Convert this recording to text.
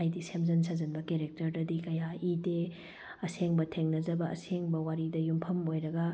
ꯑꯩꯗꯤ ꯁꯦꯝꯖꯤꯟ ꯁꯥꯖꯤꯟꯕ ꯀꯦꯔꯦꯛꯇꯔꯗꯗꯤ ꯀꯌꯥ ꯏꯗꯦ ꯑꯁꯦꯡꯕ ꯊꯦꯡꯅꯖꯕ ꯑꯁꯦꯝꯕ ꯋꯥꯔꯤ ꯌꯨꯝꯐꯝ ꯑꯣꯏꯔꯒ